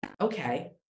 okay